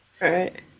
Right